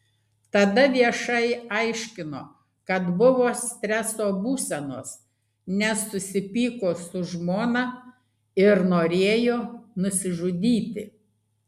tada viešai aiškino kad buvo streso būsenos nes susipyko su žmona ir norėjo nusižudyti